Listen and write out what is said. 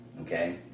Okay